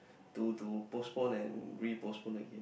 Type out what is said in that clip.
to to postpone and re postpone again